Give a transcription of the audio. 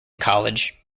college